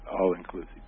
all-inclusive